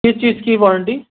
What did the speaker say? کس چیز کی وارنٹی